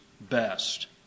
best